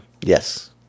Yes